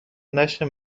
نشر